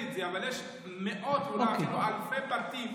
אבל יש מאות ואולי אפילו אלפי בתים